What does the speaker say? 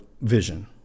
vision